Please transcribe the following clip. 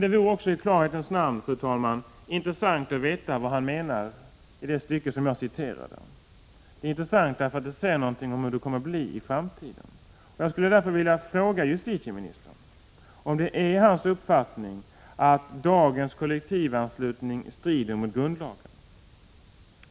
Det vore också i klarhetens namn, fru talman, intressant att få veta vad han menar med det stycke som jag citerade. Det är intressant därför att det säger något om hur det kommer att bli i framtiden. Jag skulle därför vilja fråga justitieministern om det är hans uppfattning att dagens kollektivanslutning strider mot grundlagen.